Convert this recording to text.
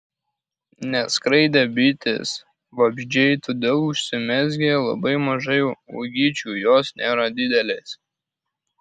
neskraidė bitės vabzdžiai todėl užsimezgė labai mažai uogyčių jos nėra didelės